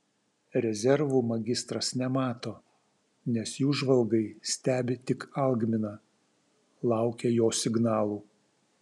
rezervų magistras nemato nes jų žvalgai stebi tik algminą laukia jo signalų